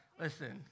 listen